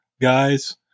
guys